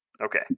Okay